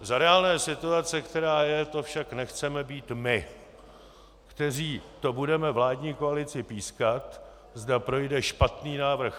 Za reálné situace, která je, to však nechceme být my, kteří to budeme vládní koalici pískat, zda projde špatný návrh